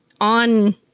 on